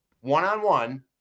one-on-one